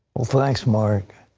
ah thanks, mark.